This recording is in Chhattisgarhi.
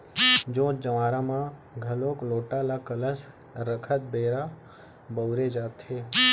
जोत जँवारा म घलोक लोटा ल कलस रखत बेरा बउरे जाथे